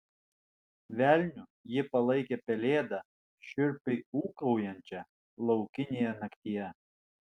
velniu ji palaikė pelėdą šiurpiai ūkaujančią laukinėje naktyje